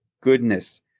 goodness